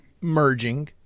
merging